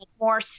more